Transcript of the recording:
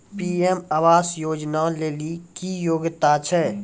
PM आवास योजना लेली की योग्यता छै?